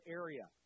area